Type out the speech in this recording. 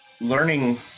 learning